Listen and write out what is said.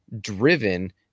driven